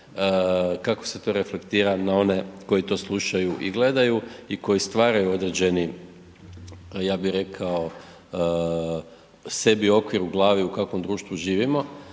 kak se to reflektira na one koji slušaju i gledaju i koji stvaraju određeni ja bi rekao, sebi okvir u glavi u kakvom društvu živimo